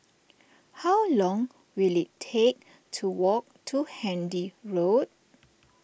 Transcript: how long will it take to walk to Handy Road